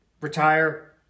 retire